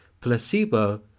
placebo